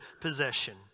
possession